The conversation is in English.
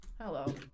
Hello